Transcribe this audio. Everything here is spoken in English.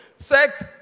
Sex